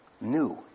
new